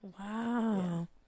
Wow